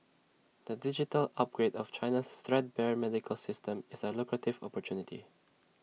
the digital upgrade of China's threadbare medical system is A lucrative opportunity